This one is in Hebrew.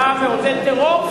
אתה מעודד טרור.